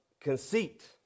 conceit